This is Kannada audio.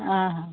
ಹಾಂ